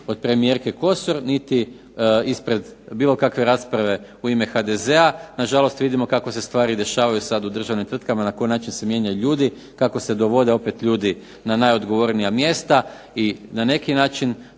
od premijerke Kosor, niti ispred bilo kakve rasprave u ime HDZ-a. Na žalost vidimo kako se stvari dešavaju sad u državnim tvrtkama, da konačno se mijenjaju ljudi, kako se dovode opet ljudi na najodgovornija mjesta. I na neki način